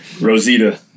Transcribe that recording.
Rosita